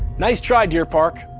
nice try, deerpark.